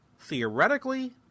theoretically